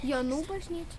jonų bažnyčia